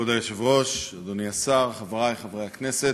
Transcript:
כבוד היושב-ראש, אדוני השר, חברי חברי הכנסת,